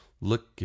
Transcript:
Look